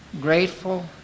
Grateful